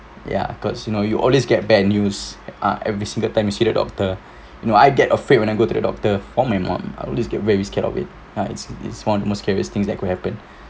ya cause you know you always get bad news ah every single time you see the doctor you know I get afraid when I go to the doctor on and on I always get very scared of it ah it's it's one of the most scariest things that could happen